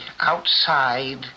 outside